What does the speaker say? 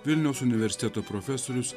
vilniaus universiteto profesorius